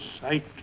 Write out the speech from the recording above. sight